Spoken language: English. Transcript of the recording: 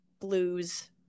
blues